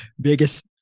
Biggest